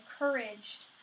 encouraged